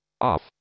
off